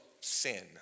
sin